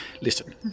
Listen